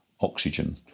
oxygen